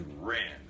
ran